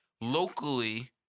locally